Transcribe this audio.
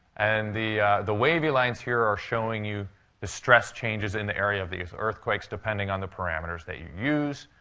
and the the wavy lines here are showing you the stress changes in the area of these earthquakes, depending on the parameters that you use.